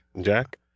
Jack